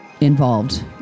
involved